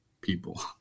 people